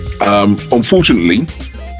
unfortunately